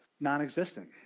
non-existent